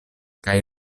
kaj